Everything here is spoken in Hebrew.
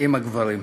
עם הגברים.